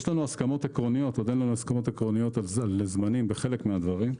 יש לנו הסכמות עקרוניות אבל אין לנו הסכמות עקרוניות לגבי חלק מהדברים.